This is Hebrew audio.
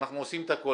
ואנחנו עושים את הכול,